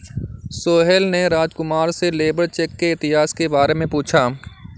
सोहेल ने राजकुमार से labour check के इतिहास के बारे में पूछा